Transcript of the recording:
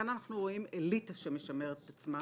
כאן אנחנו רואים אליטה שמשמרת את עצמה,